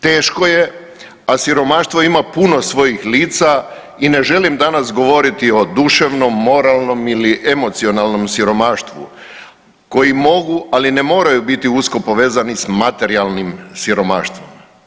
Teško je, a siromaštvo ima puno svojih lica i ne želim danas govoriti o duševnom, moralnom ili emocionalnom siromaštvu koji mogu, ali ne moraju biti usko povezani s materijalnim siromaštvom.